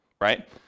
right